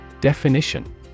Definition